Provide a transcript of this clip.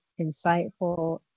insightful